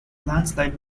landslide